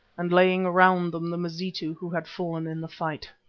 and laying around them the mazitu who had fallen in the fight.